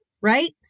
right